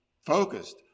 focused